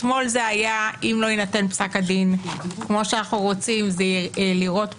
אתמול זה היה אם לא יינתן פסק הדין כמו שאנחנו רוצים זה לירות ברגל,